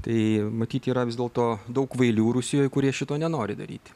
tai matyt yra vis dėlto daug kvailių rusijoj kurie šito nenori daryti